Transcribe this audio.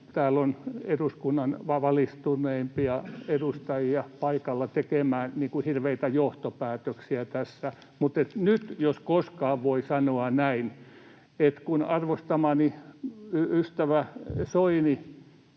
täällä on eduskunnan valistuneimpia edustajia paikalla — tekemään hirveitä johtopäätöksiä tässä, mutta nyt jos koskaan voi sanoa näin, että kun arvostamani ystävä Soini